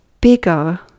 bigger